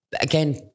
again